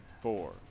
four